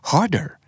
Harder